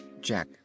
Jack